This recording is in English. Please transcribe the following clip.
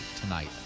tonight